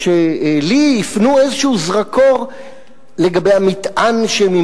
שלי הפנו איזשהו זרקור לגבי המטען שאתו